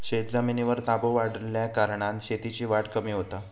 शेतजमिनीर ताबो वाढल्याकारणान शेतीची वाढ कमी होता